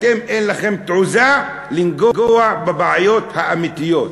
אתם, אין לכם תעוזה לנגוע בבעיות האמיתיות.